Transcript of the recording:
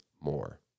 more